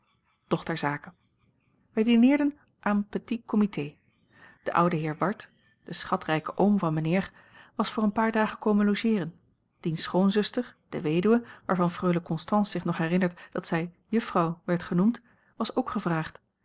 ter zake wij dineerden en petit comité de oude heer ward de schatrijke oom van mijnheer was voor een paar dagen komen logeeren diens schoonzuster de weduwe waarvan freule constance zich nog herinnert dat zij juffrouw werd genoemd was ook gevraagd